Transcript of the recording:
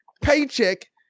paycheck